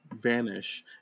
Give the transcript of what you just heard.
vanish